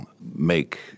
make